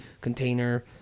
container